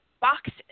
boxes